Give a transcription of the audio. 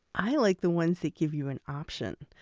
i like the ones that give you an option.